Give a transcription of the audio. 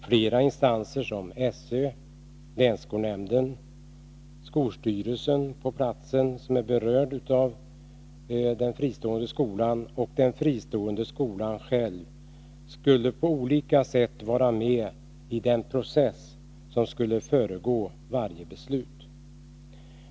Flera instanser såsom SÖ, länsskolnämnderna, skolstyrelserna i berörda kommuner samt de fristående skolorna själva skulle på olika sätt vara med i den process som skulle föregå varje beslut.